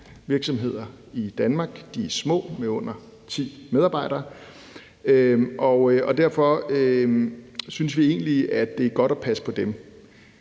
virksomhederne i Danmark små med under ti medarbejdere, og derfor synes vi egentlig også, det er godt at passe på dem.